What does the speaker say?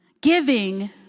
giving